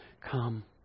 come